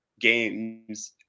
games